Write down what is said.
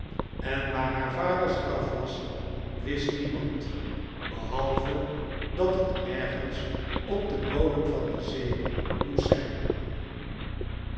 en waar haar vaders david copperfield graf was wist niemand behalve dat het ergens op den bodefn van de zee moest zijn